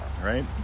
right